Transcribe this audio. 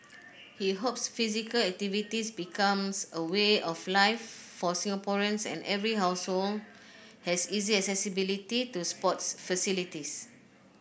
he hopes physical activity becomes a way of life for Singaporeans and every household has easy accessibility to sports facilities